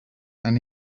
and